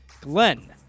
Glenn